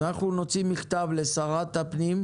אז אנחנו נוציא מכתב לשרת הפנים,